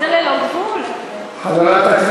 אילן, זה יכול להיות לעשר שנים, זה ללא גבול.